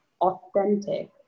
authentic